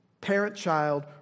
parent-child